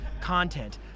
content